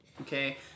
okay